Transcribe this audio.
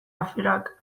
aferak